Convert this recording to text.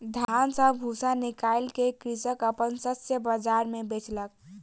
धान सॅ भूस्सा निकाइल के कृषक अपन शस्य बाजार मे बेचलक